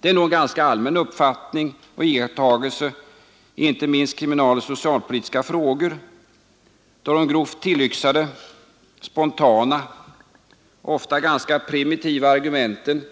Det är nog en allmän iakttagelse i inte minst kriminaloch socialpolitiska frågor, då de grovt tillyxade, spontana och ofta ganska primitiva argumenten